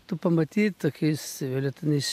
tu pamatyt tokiais violetinais